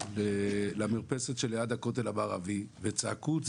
למרפסת שליד הכותל המערבי וצעקו את